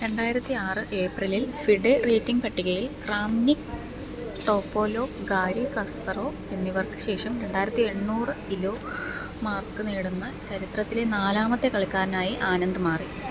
രണ്ടായിരത്തി ആറ് ഏപ്രിലിൽ ഫിഡെ റേറ്റിംഗ് പട്ടികയിൽ ക്രാംനിക് ടോപോലോ ഗാരി കാസ്പറോ എന്നിവർക്ക് ശേഷം രണ്ടായിരത്തി എണ്ണൂറ് കിലോ മാർക്ക് നേടുന്ന ചരിത്രത്തിലെ നാലാമത്തെ കളിക്കാരനായി ആനന്ദ് മാറി